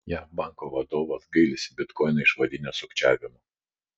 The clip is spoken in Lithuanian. jav banko vadovas gailisi bitkoiną išvadinęs sukčiavimu